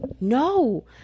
no